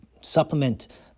supplement